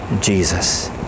Jesus